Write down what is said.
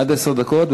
עד עשר דקות.